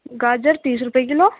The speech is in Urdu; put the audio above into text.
گاجر تیس روپئے کلو